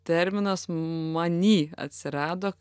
terminas many atsirado